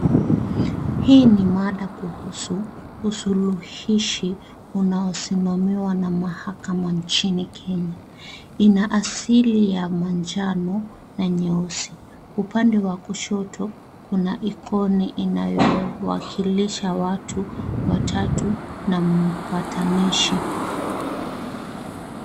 Hi ni mada kuhusu usuluhishi unaosimamiwa na mahakama nchini Kenya. Ina asili ya manjano na nyeusi. Upande wa kushoto kuna ikoni inayowakilisha watu watatu na mpatanishi.